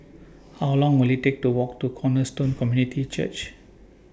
How Long Will IT Take to Walk to Cornerstone Community Church